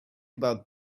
about